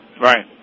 Right